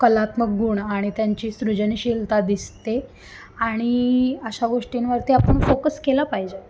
कलात्मक गुण आणि त्यांची सृजनशीलता दिसते आणि अशा गोष्टींवरती आपण फोकस केला पाहिजे